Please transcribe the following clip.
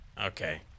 Okay